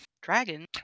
Dragon